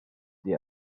the